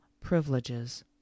privileges